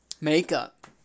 makeup